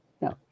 No